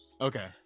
Okay